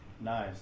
nice